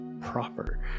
proper